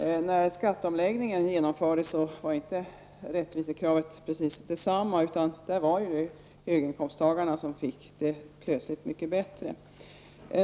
När skatteomläggningen gjordes, var inte rättvisekravet precis detsamma, utan då var det ju höginkomsttagarna som fick det mycket bättre.